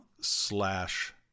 slash